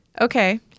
Okay